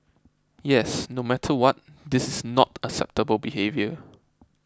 yes no matter what this is not acceptable behaviour